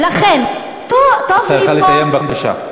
לכן, את צריכה לסיים, בבקשה.